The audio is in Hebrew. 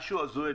הזוי.